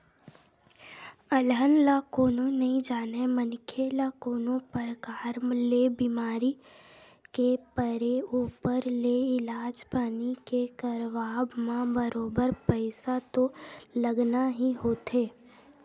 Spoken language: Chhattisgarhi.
अलहन ल कोनो नइ जानय मनखे ल कोनो परकार ले बीमार के परे ऊपर ले इलाज पानी के करवाब म बरोबर पइसा तो लगना ही होथे